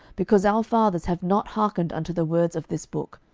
because our fathers have not hearkened unto the words of this book,